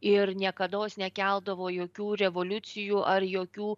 ir niekados nekeldavo jokių revoliucijų ar jokių